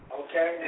okay